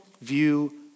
view